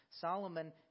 Solomon